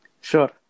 Sure